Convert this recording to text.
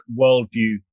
worldview